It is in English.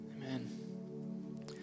Amen